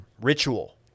Ritual